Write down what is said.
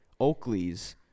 Oakleys